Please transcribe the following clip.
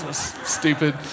stupid